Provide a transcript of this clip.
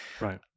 Right